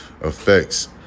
effects